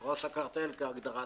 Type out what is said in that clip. כי אי-אפשר להשתלט על